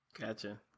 gotcha